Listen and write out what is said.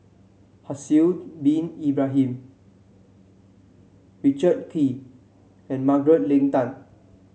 Haslir Bin Ibrahim Richard Kee and Margaret Leng Tan